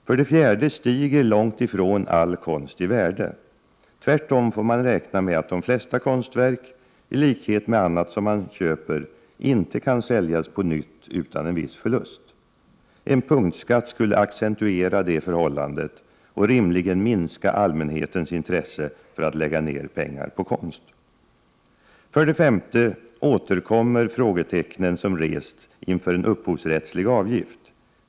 För det fjärde stiger långt ifrån all konst i värde. Tvärtom får man räkna med att de flesta konstverk — i likhet med annat som man köper — inte kan säljas på nytt utan en viss förlust. En punktskatt skulle accentuera detta förhållande och rimligen minska allmänhetens intresse för att lägga ner pengar på konst. För det femte återkommer frågetecknen som rests inför en upphovsrättslig avgift.